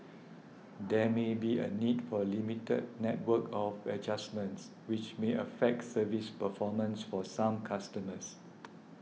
there may be a need for limited network of adjustments which may affects service performance for some customers